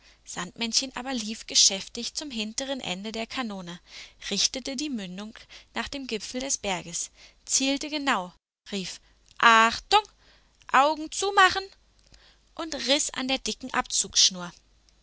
sandmännchen aber lief geschäftig zum hinteren ende der kanone richtete die mündung nach dem gipfel des berges zielte genau rief achtung augen zumachen und riß an der dicken